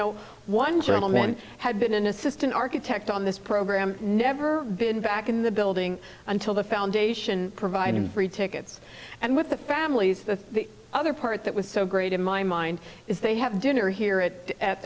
know one gentleman had been an assistant architect on this program never been back in the building until the foundation providing free tickets and with the families the other part that was so great in my mind is they have dinner here